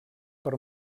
per